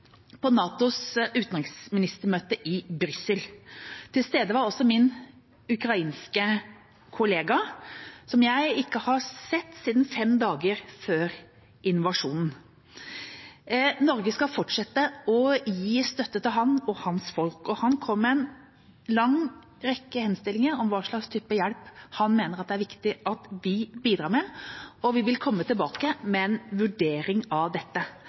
på NATOs utenriksministermøte i Brussel. Til stede var også min ukrainske kollega, som jeg ikke hadde sett siden fem dager før invasjonen. Norge skal fortsette å gi støtte til ham og hans folk. Han kom med en lang rekke henstillinger om hva slags type hjelp han mener det er viktig at vi bidrar med, og vi vil komme tilbake med en vurdering av dette.